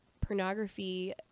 pornography